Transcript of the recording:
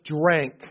drank